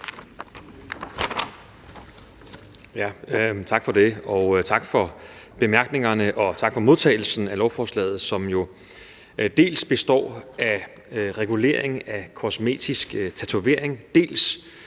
Tak for det. Tak for bemærkningerne, og tak for modtagelsen af lovforslaget, som jo dels består af regulering af kosmetisk tatovering, dels